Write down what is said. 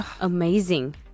Amazing